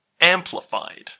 amplified